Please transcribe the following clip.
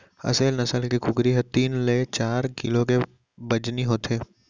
असेल नसल के कुकरी ह तीन ले चार किलो के बजनी होथे